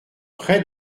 près